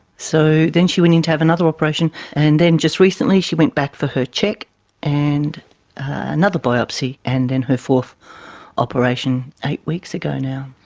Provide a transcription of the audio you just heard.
so then she went into have another operation. and then just recently she went back for her check and another biopsy, and then and her fourth operation eight weeks ago now.